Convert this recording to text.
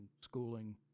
schooling